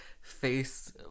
face